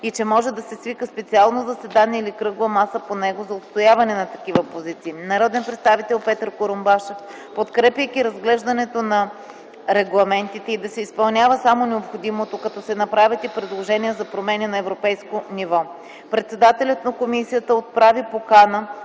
и че може да се свика специално заседание или кръгла маса по него за отстояване на такива позиции; народният представител Петър Курумбашев, подкрепяйки разглеждането на регламентите и да се изпълнява само необходимото, като се направят и предложения за промени на европейско ниво. Председателят на комисията отправи покана